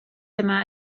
yma